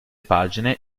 pagine